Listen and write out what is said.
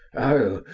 oh,